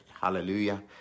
hallelujah